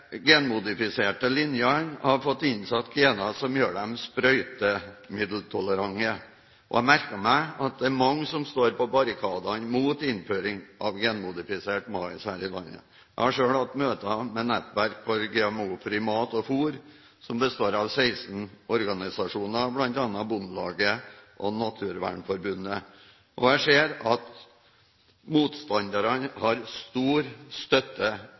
genmodifiserte linjene har fått innsatt gener som gjør dem sprøytemiddeltolerante. Jeg har merket meg at det er mange som står på barrikadene mot innføring av genmodifisert mais her i landet. Jeg har selv hatt møte med Nettverk for GMO-fri mat og fôr, som består av 16 organisasjoner, bl.a. Bondelaget og Naturvernforbundet. Jeg ser at motstanderne har stor støtte